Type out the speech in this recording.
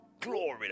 Glory